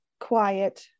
quiet